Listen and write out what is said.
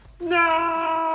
no